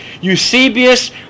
Eusebius